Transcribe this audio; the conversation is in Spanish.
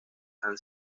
han